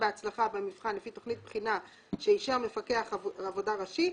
בהצלחה במבחן לפי תוכנית בחינה שאישר מפקח עבודה ראשי,